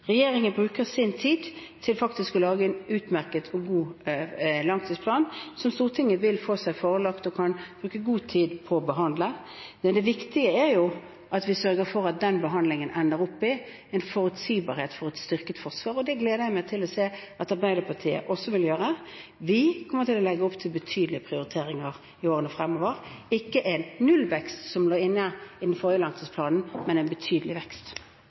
Regjeringen bruker sin tid til å lage en utmerket og god langtidsplan som Stortinget vil få seg forelagt og kan bruke god tid på å behandle. Men det viktige er jo at vi sørger for at den behandlingen ender opp i en forutsigbarhet for et styrket forsvar, og det gleder jeg meg til å se at Arbeiderpartiet også er med på. Vi kommer til å legge opp til betydelige prioriteringer i årene fremover, ikke en nullvekst, som lå inne i den forrige langtidsplanen, men en betydelig vekst.